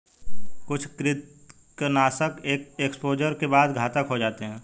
कुछ कृंतकनाशक एक एक्सपोजर के बाद घातक हो जाते है